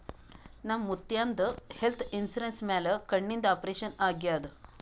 ನಮ್ ಮುತ್ಯಾಂದ್ health insurance ಮ್ಯಾಲ ಕಣ್ಣಿಂದ್ ಆಪರೇಷನ್ ಆಗ್ಯಾದ್